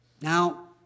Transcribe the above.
Now